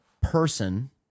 person